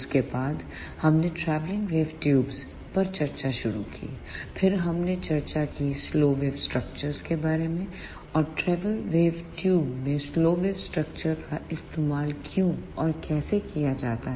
उसके बाद हमने ट्रैवलिंग वेव ट्यूब्स पर चर्चा शुरू की फिर हमने चर्चा की स्लो वेव स्ट्रक्चर के बारे में और ट्रैवल वेव ट्यूब्स में स्लो वेव स्ट्रक्चर का इस्तेमाल क्यों और कैसे किया जाता है